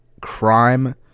crime